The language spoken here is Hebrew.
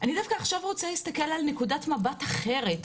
אני דווקא עכשיו רוצה להסתכל על נקודת מבט אחרת,